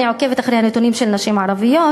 אני עוקבת אחרי הנתונים של נשים ערביות,